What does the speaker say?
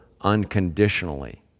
unconditionally